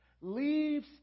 leaves